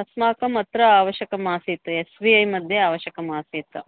अस्माकम् अत्र आवश्यकमासीत् एस् बी ऐ मध्ये आवश्यकम् आसीत्